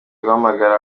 guhamagara